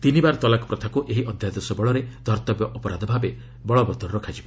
ତିନିବାର ତଲାକ ପ୍ରଥାକୁ ଏହି ଅଧ୍ୟାଦେଶ ବଳରେ ଧର୍ତ୍ତବ୍ୟ ଅପରାଧ ଭାବେ ବଳବତ୍ତର ରଖାଯିବ